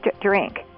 drink